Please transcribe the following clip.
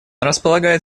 располагает